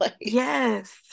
yes